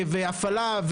הפעלה,